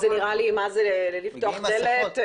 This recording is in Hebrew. זה נראה לי לפתוח דלת.